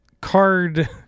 card